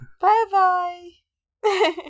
Bye-bye